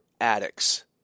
addicts